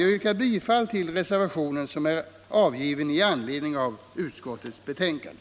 Jag yrkar bifall till reservationen som är avgiven i anslutning till utskottets betänkande.